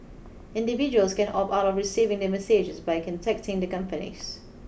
individuals can opt out of receiving the messages by contacting the companies